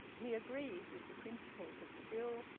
he agreed with the principles of the bill,